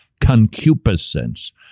concupiscence